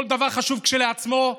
כל דבר חשוב כשלעצמו,